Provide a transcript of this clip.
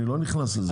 אני לא נכנס לזה.